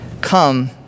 come